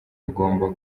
agomba